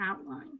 outline